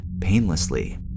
painlessly